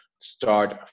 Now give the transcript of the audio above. start